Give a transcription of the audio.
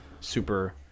super